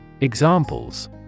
Examples